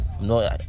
No